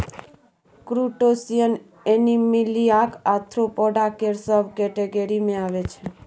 crustacean एनीमिलियाक arthropoda केर subcategory मे अबै छै